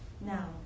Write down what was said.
Now